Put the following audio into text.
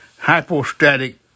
hypostatic